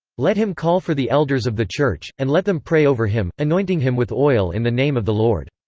let him call for the elders of the church, and let them pray over him, anointing him with oil in the name of the lord.